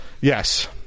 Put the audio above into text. Yes